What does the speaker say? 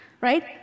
right